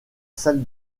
salle